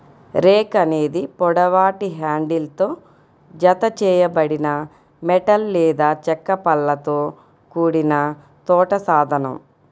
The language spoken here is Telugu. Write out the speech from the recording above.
రేక్ అనేది పొడవాటి హ్యాండిల్తో జతచేయబడిన మెటల్ లేదా చెక్క పళ్ళతో కూడిన తోట సాధనం